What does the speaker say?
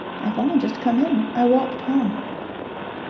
i've only just come in. i walked home.